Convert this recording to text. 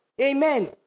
Amen